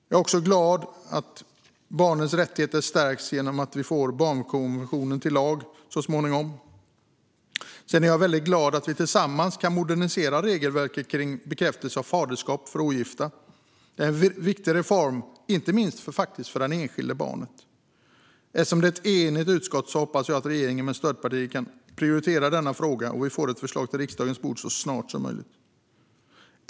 Jag är också glad att barnets rättigheter stärks genom att vi får barnkonventionen till lag så småningom. Sedan är jag väldigt glad att vi tillsammans kan modernisera regelverket om bekräftelse av faderskap för ogifta. Det är en viktig reform inte minst för det enskilda barnet. Eftersom det är ett enigt utskott hoppas jag att regeringen med stödpartier kan prioritera denna fråga och att vi får ett förslag till riksdagens bord så snart som möjligt.